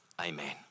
Amen